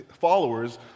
followers